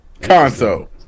console